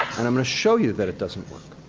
and i'm gonna show you that it doesn't work.